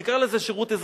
נקרא לזה שירות אזרחי.